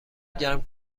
گرم